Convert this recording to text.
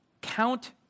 Count